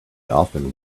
often